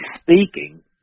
speaking